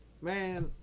Man